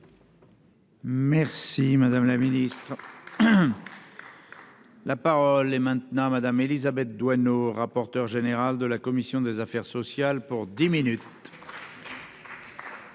Merci madame la ministre. La. Parole est maintenant à Madame Élisabeth Doineau, rapporteur général de la commission des affaires sociales pour dix minutes.